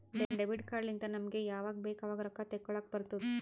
debit card ಲಿಂತ್ ನಾವ್ ಯಾವಾಗ್ ಬೇಕ್ ಆವಾಗ್ ರೊಕ್ಕಾ ತೆಕ್ಕೋಲಾಕ್ ತೇಕೊಲಾಕ್ ಬರ್ತುದ್